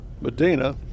Medina